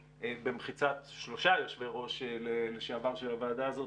במחיצת שלושה יושבי-ראש לשעבר של הוועדה הזאת,